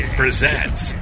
presents